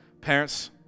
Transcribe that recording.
Parents